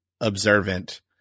observant